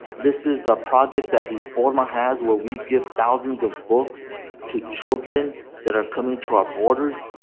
this is a project that reforma has where we give thousands of books to children that are coming to our borders.